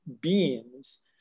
beings